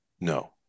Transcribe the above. No